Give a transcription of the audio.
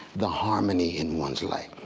the harmony in one's life.